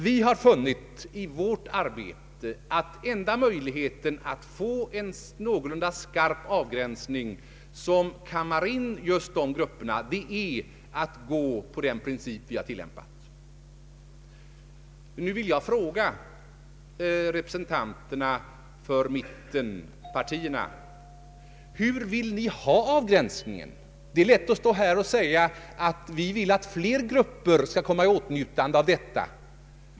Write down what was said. Vi har i vårt arbete funnit att enda möjligheten att få en någorlunda skarp avgränsning som innebär att man kammar in dessa grupper är att tillämpa den princip som vi föreslår. Jag vill fråga representanterna för mittenpartierna: Hur vill ni egentligen ha avgränsningen? Det är lätt att stå här och säga att man vill att flera grupper skall komma i åtnjutande av vuxenutbildningen.